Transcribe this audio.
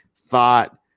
Thought